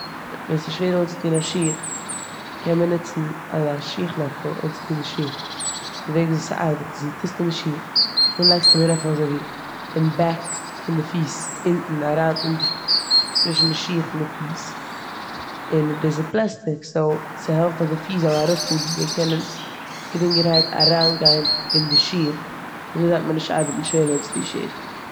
ד- ווען ס'שווער אנציטון א שיך קען מען נוצן אזא שיך לעפל אנציטון די שיך. די וועג וויאזוי ס'ארבעט איז די טוסט אן די שיך, נאכדעם לייגסטו די לעפל אזויווי אין בעק פון די פיס, אונטן אריין אין די ש- צווישן די פיס און די שיך, און דאס איז פלעסטיק סאו ס'העלפט אז די פיס זאל אראפפארן און קענען גרינגערהייט אריינגיין אין די שיך אזוי דארף מען נישט ארבעטן שווער אנציטון שיך.